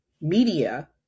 media